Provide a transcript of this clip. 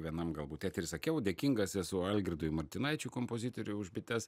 vienam galbūt etery sakiau dėkingas esu algirdui martinaičiui kompozitoriui už bites